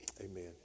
Amen